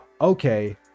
Okay